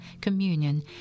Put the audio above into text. communion